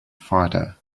fighter